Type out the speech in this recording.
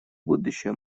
будущее